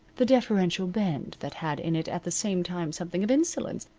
the deferential bend that had in it at the same time something of insolence,